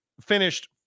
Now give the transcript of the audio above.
finished